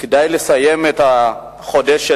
לסיים את החודש.